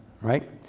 right